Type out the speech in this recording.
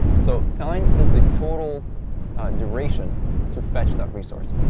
so time is the total duration to fetch that resource.